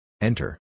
Enter